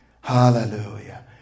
Hallelujah